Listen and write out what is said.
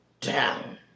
down